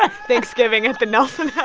ah thanksgiving at the nelson house